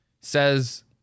Says